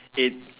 it